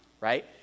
right